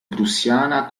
prussiana